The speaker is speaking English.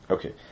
Okay